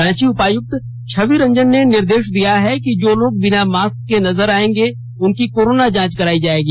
रांची उपायुक्त छवि रंजन ने निर्देश दिया है कि जो लोग बिना मास्क के नजर आएंगे उनकी कोरोना जांच कराई जाएगी